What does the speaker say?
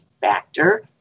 factor